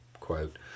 quote